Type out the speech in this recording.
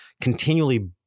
continually